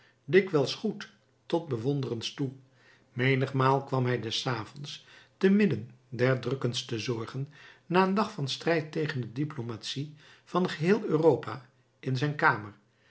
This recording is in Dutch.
dikwijls goed tot bewonderens toe menigmaal kwam hij des avonds te midden der drukkendste zorgen na een dag van strijd tegen de diplomatie van geheel europa in zijn kamer